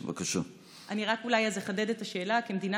אז אני אולי רק אחדד את השאלה: כמדינה